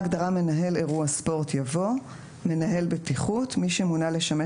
"מנהל אירוע ספורט" יבוא: ""מנהל בטיחות" מי שמונה לשמש